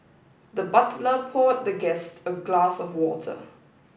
the butler poured the guest a glass of water